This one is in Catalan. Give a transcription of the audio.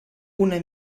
una